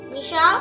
Misha